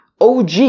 OG